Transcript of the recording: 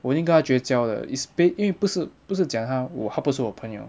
我一定跟他绝交的 is be 因为不是不是讲他我他不是我朋友